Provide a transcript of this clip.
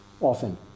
often